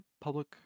public